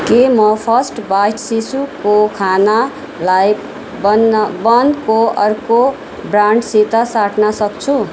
के म first bite शिशुको खानालाई बन्न बनको अर्को ब्रान्डसित साट्न सक्छु